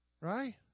Right